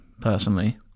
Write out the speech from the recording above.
personally